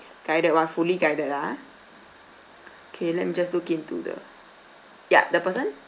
guided [one] fully guided ah okay let me just look into the ya the person